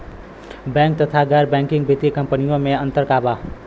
Bank तथा गैर banking वित्तीय कम्पनीयो मे अन्तर का बा?